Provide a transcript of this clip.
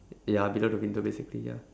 ya below the window basically ya